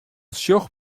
sjocht